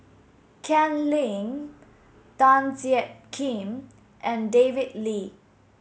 Ken Lim Tan Jiak Kim and David Lee